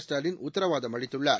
ஸ்டாலின் உத்தரவாதம் அளித்துள்ளார்